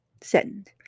Send